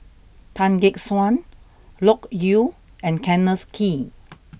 Tan Gek Suan Loke Yew and Kenneth Kee